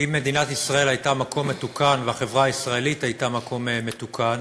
אם מדינת ישראל הייתה מקום מתוקן והחברה הישראלית הייתה מקום מתוקן,